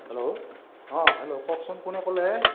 hello oh' hello কওকচোন কোনে ক'লে